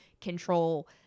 control